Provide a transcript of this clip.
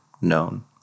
known